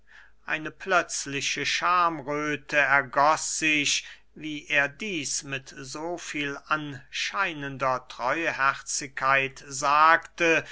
eine plötzliche schamröthe ergoß sich wie er dieß mit so viel anscheinender treuherzigkeit sagte